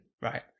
Right